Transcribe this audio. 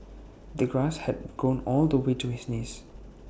the grass had grown all the way to his knees